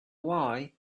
why